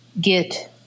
get